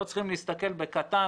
לא צריכים להסתכל בקטן,